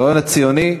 הרעיון הציוני,